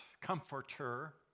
comforter